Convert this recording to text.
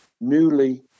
newly